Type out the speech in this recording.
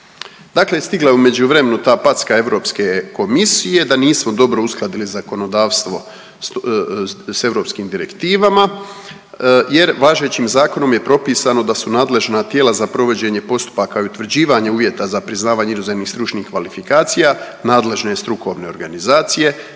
Dakle, stigla je u međuvremenu ta packa Europske komisije da nismo dobro uskladili zakonodavstvo s europskim direktivama jer važećim zakonom je propisano da su nadležna tijela za provođenje postupaka i utvrđivanje uvjeta za priznavanje inozemnih stručnih kvalifikacija nadležne strukovne organizacije,